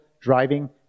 driving